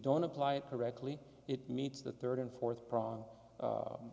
don't apply it correctly it meets the third and fourth pro